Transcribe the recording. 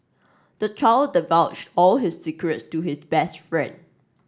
the child divulged all his secrets to his best friend